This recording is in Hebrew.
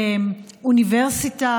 אנחנו הולכים לבחירות שלישיות.